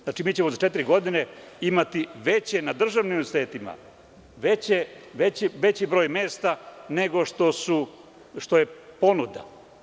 Znači, mi ćemo za četiri godine imati veće na državnim univerzitetima, veći broj mesta nego što je ponuda.